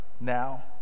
now